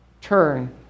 turn